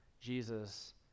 Jesus